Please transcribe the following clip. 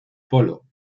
polo